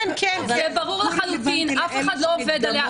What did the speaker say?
זה ברור לחלוטין, אף אחד לא עובד עליה.